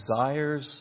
desires